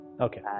okay